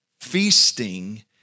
feasting